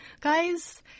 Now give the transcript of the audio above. Guys